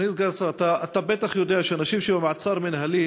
אדוני סגן השר, אתה בטח יודע שאנשים במעצר מינהלי